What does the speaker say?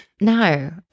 No